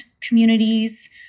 communities